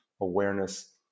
awareness